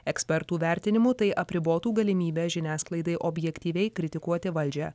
ekspertų vertinimu tai apribotų galimybę žiniasklaidai objektyviai kritikuoti valdžią